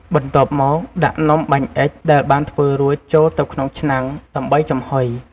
បន្ទាប់មក ដាក់នំបាញ់អុិចដែលបានធ្វើរួចចូលទៅក្នុងឆ្នាំង ដើម្បីចំហុយ។